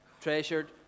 treasured